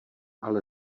ale